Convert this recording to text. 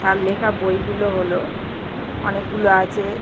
তার লেখা বইগুলো হলো অনেকগুলো আছে